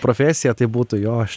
profesiją tai būtų jo aš